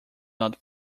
not